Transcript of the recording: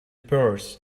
purse